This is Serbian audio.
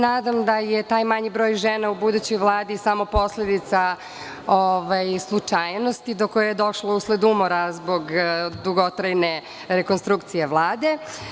Nadam se da je taj manji broj žena u budućoj Vladi samo posledica slučajnosti do koje je došlo usled umora zbog dugotrajne rekonstrukcije Vlade.